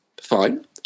fine